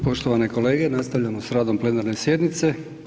Poštovane kolege nastavljamo s radom plenarne sjednice.